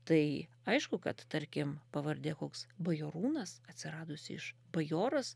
tai aišku kad tarkim pavardė koks bajorūnas atsiradusi iš bajoras